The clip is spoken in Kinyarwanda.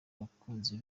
abakunzi